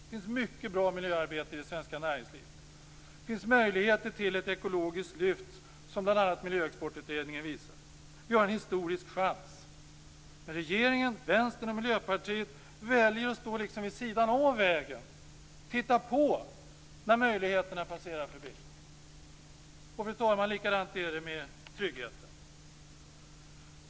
Det finns mycket bra miljöarbete i det svenska näringslivet. Det finns möjligheter till ett ekologiskt lyft som bl.a. Miljöexportutredningen visar. Vi har en historisk chans, men regeringen, Vänstern och Miljöpartiet väljer att stå vid sidan av vägen och titta på när möjligheterna passerar förbi. Likadant är det med tryggheten, fru talman.